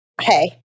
Hey